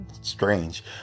strange